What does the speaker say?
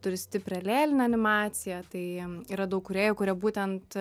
turi stiprią lėlinę animaciją tai yra daug kūrėjų kurie būtent